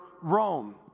Rome